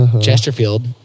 Chesterfield